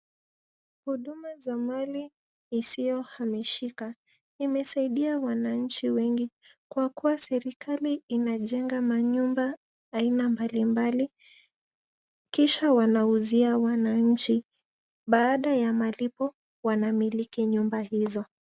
Huduma za mali isiyohamishika imesaidia wananchi wengi kwa kuwa serikali inajenga manyumba aina mbalimbali kisha wanauzia wananchi. Baada ya malipo, wanamiliki nyumba hizo.